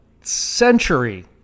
century